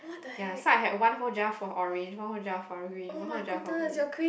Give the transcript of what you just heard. ya so I have one whole jar for orange one whole jar for green one whole jar for blue